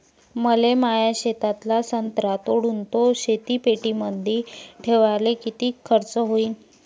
मले माया शेतातला संत्रा तोडून तो शीतपेटीमंदी ठेवायले किती खर्च येईन?